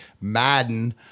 Madden